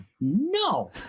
No